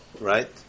right